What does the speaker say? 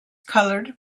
colored